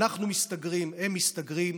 אנחנו מסתגרים, הם מסתגרים,